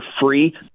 free